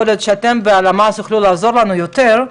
יכול להיות שאתם בלמ"ס תוכלו לעזור לנו יותר,